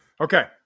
Okay